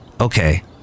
Okay